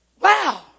wow